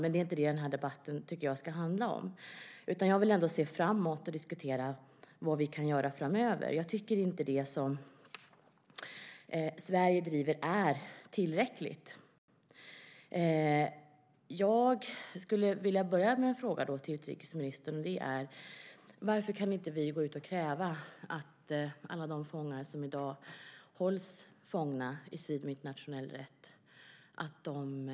Men det är inte det jag tycker att denna debatt ska handla om, utan jag vill se framåt och diskutera vad vi kan göra framöver. Jag tycker inte att det som Sverige driver är tillräckligt. Jag skulle vilja börja med att fråga utrikesministern: Varför kan vi inte gå ut och kräva att alla de fångar som i dag hålls fångna i strid med internationell rätt friges?